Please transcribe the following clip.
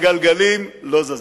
הגלגלים לא זזים,